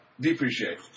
depreciate